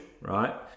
right